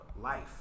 life